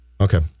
Okay